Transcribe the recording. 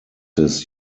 his